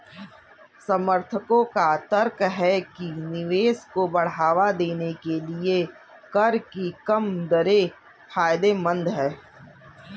समर्थकों का तर्क है कि निवेश को बढ़ावा देने के लिए कर की कम दरें फायदेमंद हैं